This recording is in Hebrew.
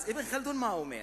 אז אבן ח'לדון, מה הוא אומר?